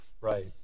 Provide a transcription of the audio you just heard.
Right